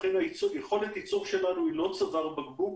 לכן יכולת הייצור שלנו היא לא צוואר בקבוק